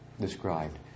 described